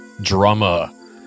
drama